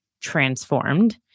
transformed